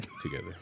together